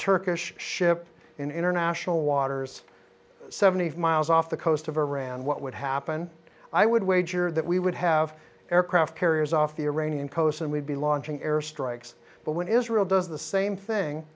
turkish ship in international waters seventy five miles off the coast of iran what would happen i would wager that we would have aircraft carriers off the iranian coast and we'd be launching air strikes but when israel does the same thing